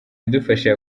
idufashije